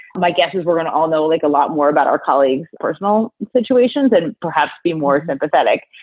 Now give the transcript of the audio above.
um i guess, is we're going to all know like a lot more about our colleagues personal situations and perhaps be more sympathetic.